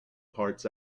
parts